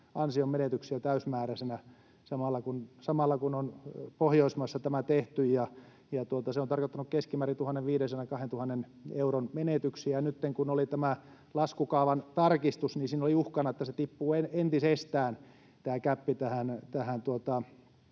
ansionmenetyksiä täysimääräisinä samalla kun Pohjoismaissa on tämä tehty. Se on tarkoittanut keskimäärin 1 500—2 000 euron menetyksiä. Nytten kun oli tämä laskukaavan tarkistus, niin siinä oli uhkana, että tämä gäppi tippuu entisestään todellisiin